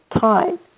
time